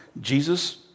Jesus